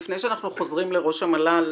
לפני שאנחנו חוזרים לראש המל"ל,